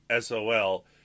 SOL